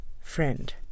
Friend